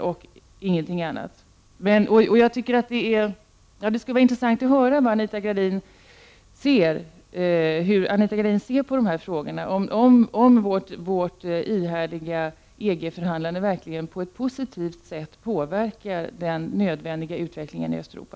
Det skulle vara intressant att höra hur Anita Gradin ser på de här frågorna och om vårt ihärdiga EG-förhandlande verkligen på ett positivt sätt påverkar den nödvändiga utvecklingen i Östeuropa.